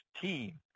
team